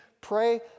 Pray